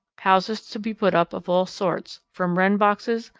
houses to be put up of all sorts, from wren boxes,